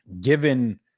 given